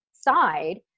side